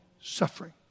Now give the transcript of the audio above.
suffering